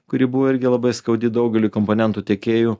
kuri buvo irgi labai skaudi daugeliui komponentų tiekėjų